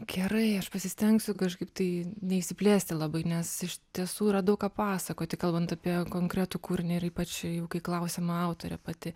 gerai aš pasistengsiu kažkaip tai neišsiplėsti labai nes iš tiesų radau ką pasakoti kalbant apie konkretų kūrinį ir ypač kai klausimo autorė pati